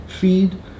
feed